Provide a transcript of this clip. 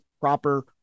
proper